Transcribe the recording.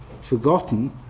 forgotten